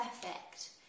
perfect